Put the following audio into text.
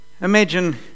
imagine